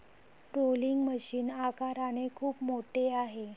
rolling machine आकाराने खूप मोठे आहे